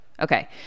Okay